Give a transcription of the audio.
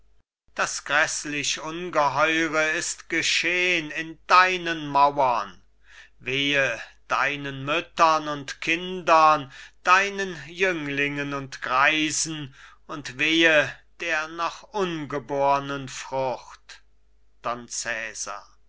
das gräßlich ungeheure ist geschehn in deinen mauern wehe deinen müttern und kindern deinen jünglingen und greisen und wehe der noch ungebornen frucht